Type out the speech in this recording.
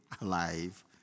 alive